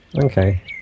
okay